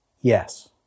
yes